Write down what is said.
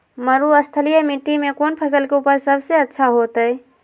मरुस्थलीय मिट्टी मैं कौन फसल के उपज सबसे अच्छा होतय?